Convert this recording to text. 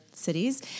cities